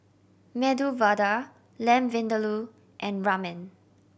Medu Vada Lamb Vindaloo and Ramen